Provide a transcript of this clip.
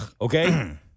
okay